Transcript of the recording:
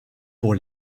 pour